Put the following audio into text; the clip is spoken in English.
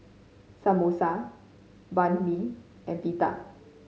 Samosa Banh Mi and Pita